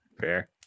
fair